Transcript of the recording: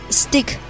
stick